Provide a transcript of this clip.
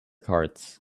carts